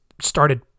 started